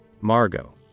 Margot